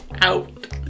Out